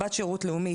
בת שרות לאומי,